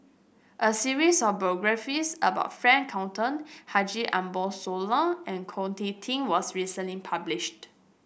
a series of biographies about Frank Cloutier Haji Ambo Sooloh and Ko Teck Kin was recently published